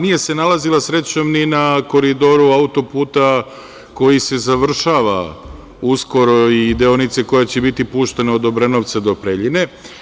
Nije se nalazila, srećom, ni na koridoru auto-puta koji se završava uskoro i deonice koja će biti puštena od Obrenovca do Preljine.